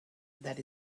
that